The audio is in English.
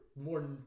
more